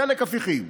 חלק הפיכים,